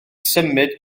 symud